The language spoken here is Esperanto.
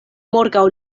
morgaŭ